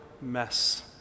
mess